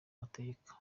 mateka